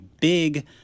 big